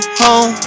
home